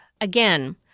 again